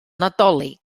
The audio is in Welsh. nadolig